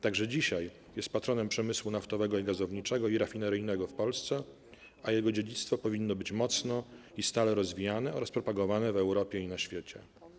Także dzisiaj jest patronem przemysłu naftowo-gazowniczego i rafineryjnego w Polsce, a Jego dziedzictwo powinno być mocno i stale rozwijane oraz propagowane w Europie i na świecie.